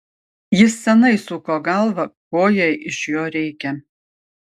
jis seniai suko galvą ko jai iš jo reikia